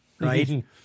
right